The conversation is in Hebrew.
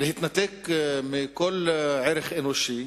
להתנתק מכל ערך אנושי,